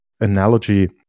analogy